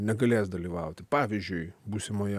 negalės dalyvauti pavyzdžiui būsimoje